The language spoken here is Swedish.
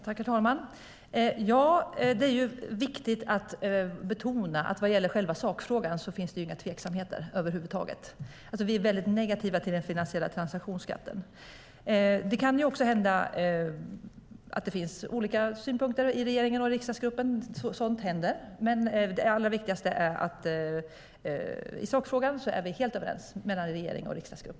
Herr talman! Det är viktigt att betona att det inte finns några tveksamheter när det gäller själva sakfrågan. Vi är väldigt negativa till den finansiella transaktionsskatten. Det kan också hända att det finns olika synpunkter i regeringen och i riksdagsgruppen. Sådant händer. I sakfrågan är vi dock helt överens mellan regering och riksdagsgrupp.